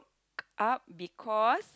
up because